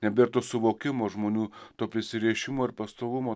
nebėr to suvokimo žmonių to prisirišimo ir pastovumo